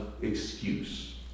excuse